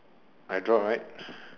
I draw right